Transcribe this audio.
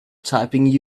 typing